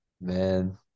Man